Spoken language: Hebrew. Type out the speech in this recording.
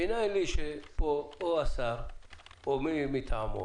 מנין לי שהשר או מי מטעמו